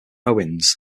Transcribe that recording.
owens